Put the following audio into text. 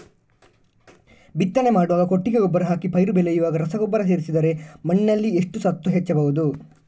ಬಿತ್ತನೆ ಮಾಡುವಾಗ ಕೊಟ್ಟಿಗೆ ಗೊಬ್ಬರ ಹಾಕಿ ಪೈರು ಬೆಳೆಯುವಾಗ ರಸಗೊಬ್ಬರ ಸೇರಿಸಿದರೆ ಮಣ್ಣಿನಲ್ಲಿ ಎಷ್ಟು ಸತ್ವ ಹೆಚ್ಚಬಹುದು?